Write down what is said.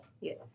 Yes